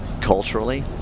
culturally